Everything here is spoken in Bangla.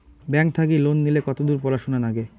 ব্যাংক থাকি লোন নিলে কতদূর পড়াশুনা নাগে?